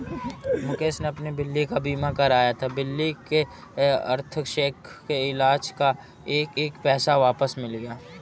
मुकेश ने अपनी बिल्ली का बीमा कराया था, बिल्ली के अन्थ्रेक्स के इलाज़ का एक एक पैसा वापस मिल गया